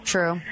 True